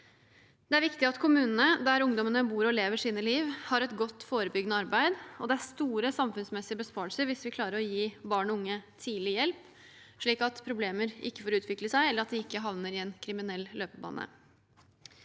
Det er viktig at kommunene der ungdommene bor og lever sine liv, har et godt forebyggende arbeid. Det gir store samfunnsmessige besparelser hvis vi klarer å gi barn og unge tidlig hjelp slik at problemer ikke får utvikle seg, eller at de ikke havner i en kriminell løpebane.